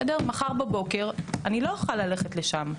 מחר בבוקר אני לא אוכל ללכת לשם,